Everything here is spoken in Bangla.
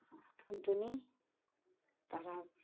টুন টুনি তারা